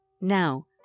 Now